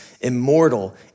immortal